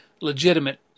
legitimate